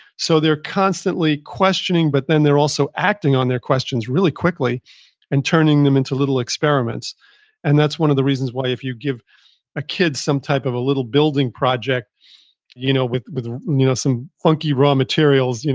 so, they're constantly questioning, but then they're also acting on their questions really quickly and turning them into little experiments and that's one of the reasons why if you give a kid some type of a little building project you know with with you know some funky raw materials,